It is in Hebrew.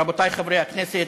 רבותי חברי הכנסת,